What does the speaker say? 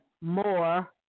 More